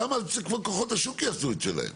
שם כוחות השוק יעשו את שלהם.